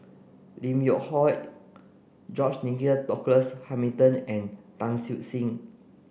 Lim Yew Hock George Nigel Douglas Hamilton and Tan Siew Sin